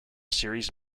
series